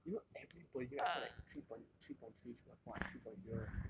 you know everybody right got like three point three point three three point four I three point zero eh